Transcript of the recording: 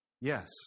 Yes